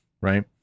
Right